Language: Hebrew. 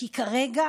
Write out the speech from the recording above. כי כרגע